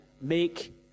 make